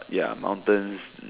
ya mountains